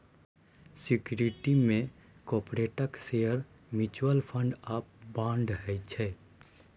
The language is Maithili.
सिक्युरिटी मे कारपोरेटक शेयर, म्युचुअल फंड आ बांड होइ छै